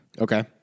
Okay